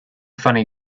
funny